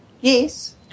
Yes